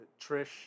Trish